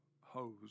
hose